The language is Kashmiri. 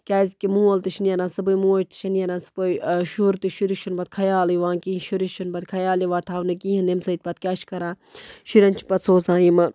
کیٛازکہِ مول تہِ چھِ نیران صُبحٲے موج تہِ چھےٚ نیران صُبحٲے شُر تہِ چھُ شُرِس چھُنہٕ پَتہٕ خیال یِوان کہِ یہِ شُرِس چھُنہٕ پَتہٕ خیال یِوان تھاونہٕ کِہیٖنۍ ییٚمہِ سۭتۍ پَتہٕ کیٛاہ چھُ کَران شُرٮ۪ن چھِ پَتہٕ سوزان یِمہٕ